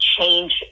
change